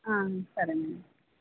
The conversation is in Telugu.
సరేనండి